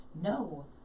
no